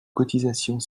cotisations